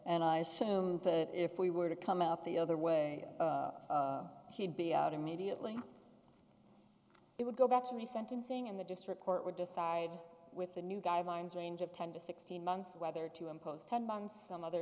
and i assumed that if we were to come out the other way he'd be out immediately we would go back to the sentencing in the district court would decide with the new guidelines range of ten to sixteen months whether to impose time on some other